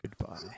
goodbye